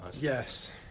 Yes